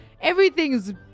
everything's